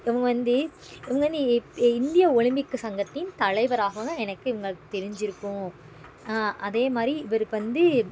இவங்க வந்து இவங்க வந்து இந்திய ஒலிம்பிக் சங்கத்தின் தலைவராகவும் எனக்கு இவங்கள தெரிஞ்சிருக்கும் அதேமாதிரி இவருக்கு வந்து